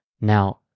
Now